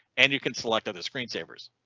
and you can select other screen savers.